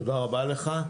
תודה רבה לך.